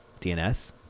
DNS